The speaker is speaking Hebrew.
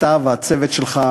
אתה והצוות שלך